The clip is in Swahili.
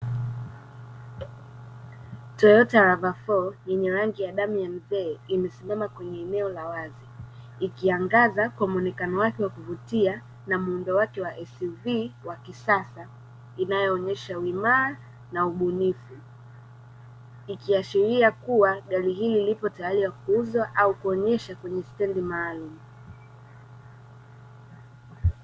"Toyota RAV4 yenye rangi ya Damu ya mzee, imesimama kwenye eneo la wazi ikiangaza kwa mwonekano wake wa kuvutia na muundo wake wa SUV wa kisasa. Inaonyesha uimara na ubunifu, ikiashiria kuwa gari hili lipotayari kuuzwa au kuonyeshwa kwenye stendi maalum.